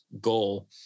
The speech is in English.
goal